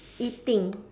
eating